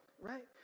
right